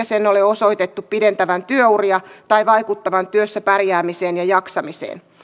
sen ole osoitettu pidentävän työuria tai vaikuttavan työssä pärjäämiseen ja jaksamiseen